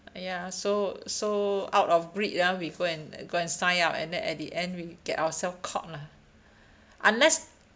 ya so so out of greed ah we go and go and sign up and then at the end we get ourselves caught lah unless